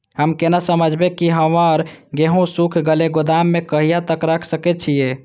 हम केना समझबे की हमर गेहूं सुख गले गोदाम में कहिया तक रख सके छिये?